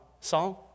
song